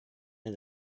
and